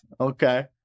Okay